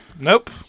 Nope